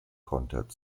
kontert